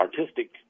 artistic